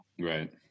Right